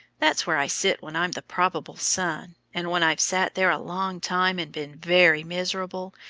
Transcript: that's where i sit when i'm the probable son, and when i've sat there a long time and been very miserable,